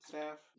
Staff